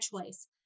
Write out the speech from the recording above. choice